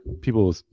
people